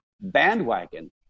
bandwagon